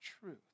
truth